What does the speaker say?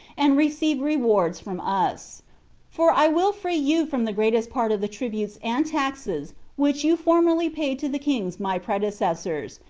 and receive rewards from us for i will free you from the greatest part of the tributes and taxes which you formerly paid to the kings my predecessors,